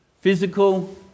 physical